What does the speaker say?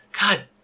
God